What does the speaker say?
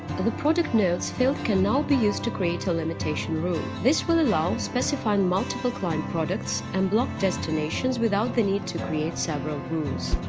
the product notes field can now be used to create a limitation rule. this will allow specifying multiple client products and block destinations without the need to create several rules.